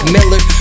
Miller